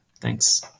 Thanks